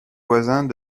voisins